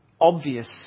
obvious